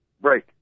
break